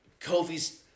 Kofi's